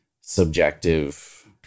subjective